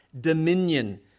dominion